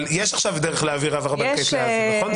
אבל יש עכשיו דרך להעביר העברה בנקאית לעזה, נכון?